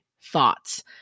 thoughts